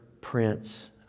Prince